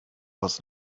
was